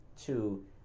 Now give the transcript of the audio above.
two